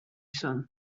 sun